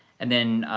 and then,